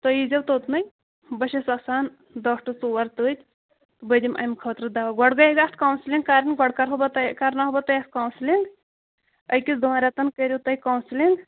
تُہۍ ییٖزیٚو توٚتنٕے بہٕ چھَس آسان دَہ ٹُو ژور تٔتۍ بہٕ دِمہٕ اَمہِ خٲطرٕ دوا گۄڈ گٔے گژھِ اَتھ کانوسیٚلِِنٛگ کَرنۍ گۄڈٕ کَرہو بہٕ تۄہہِ کَرناوہو بہٕ تۄہہِ کانوسیٚلِنٛگ أکِس دۄن رٮ۪تَن کٔرِو تُہۍ کانوسیٚلِنٛگ